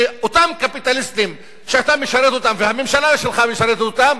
שאותם קפיטליסטים שאתה משרת אותם והממשלה שלך משרתת אותם,